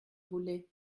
voulait